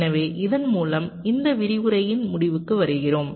எனவே இதன் மூலம் இந்த விரிவுரையின் முடிவுக்கு வருகிறோம்